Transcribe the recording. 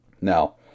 Now